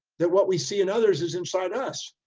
that what we see in others is inside us.